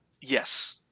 Yes